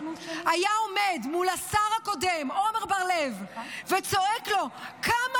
היה עומד מול השר הקודם עומר בר לב וצועק לו: "כמה